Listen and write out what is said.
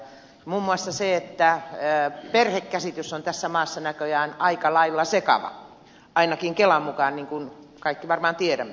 muun muassa se että perhekäsitys on tässä maassa näköjään aika lailla sekava ainakin kelan mukaan niin kuin kaikki varmaan tiedämme